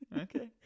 Okay